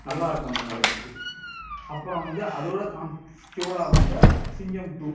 நல்லா இருக்கும் அந்த கதை புக்கு அப்புறம் வந்து அதோட கான் க்யூவலாக வந்த சிங்கம் டூ